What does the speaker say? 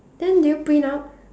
then did you print out